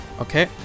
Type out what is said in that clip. Okay